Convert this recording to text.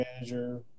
manager